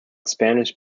spanish